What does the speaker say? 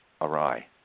awry